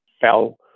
fell